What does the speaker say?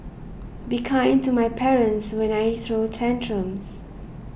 be kind to my parents when I throw tantrums